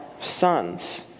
sons